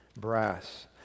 brass